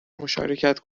مشارکت